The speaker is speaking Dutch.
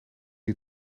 die